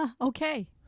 Okay